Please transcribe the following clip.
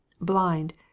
blind